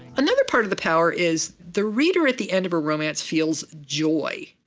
another part of the power is the reader at the end of a romance feels joy.